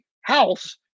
house